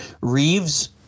Reeves